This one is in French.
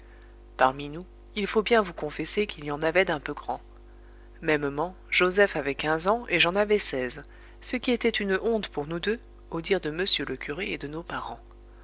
parmi nous il faut bien vous confesser qu'il y en avait d'un peu grands mêmement joseph avait quinze ans et j'en avais seize ce qui était une honte pour nous deux au dire de monsieur le curé et de nos parents